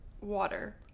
Water